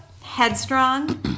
headstrong